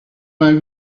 vingt